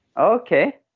Okay